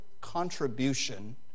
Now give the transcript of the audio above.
contribution